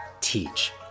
teach